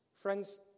Friends